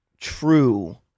true